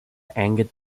angered